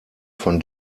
von